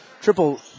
Triple